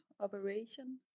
operation